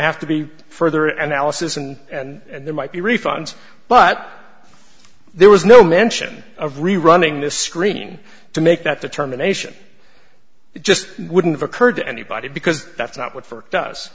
have to be further and alice's and there might be refunds but there was no mention of rerunning this screen to make that determination it just wouldn't have occurred to anybody because that's not what